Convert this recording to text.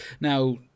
Now